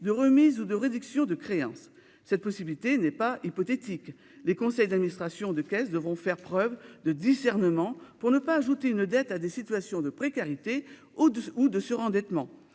de remises ou de réductions de créances. Cette possibilité n'est pas hypothétique : les conseils d'administration des caisses devront faire preuve de discernement pour ne pas ajouter une dette à des situations de précarité ou de surendettement.